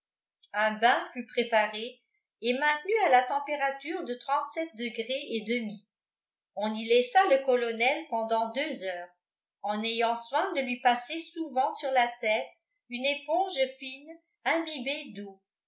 un bain fut préparé et maintenu à la température de degrés et demi on y laissa le colonel pendant deux heures en ayant soin de lui passer souvent sur la tête une éponge fine imbibée d'eau